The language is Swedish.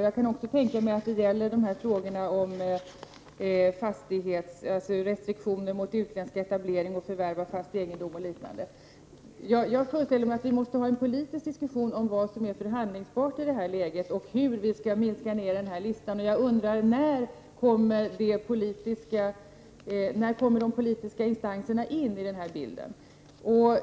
Jag kan tänka mig att detta också gäller frågorna om restriktioner mot utländsk etablering och förvärv av fast egendom och liknande. Jag föreställer mig att vi måste ha en politisk diskussion om vad som är förhandlingsbart i det här läget och hur vi skall kunna korta den här listan. När kommer de politiska instanserna in i den här bilden?